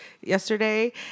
yesterday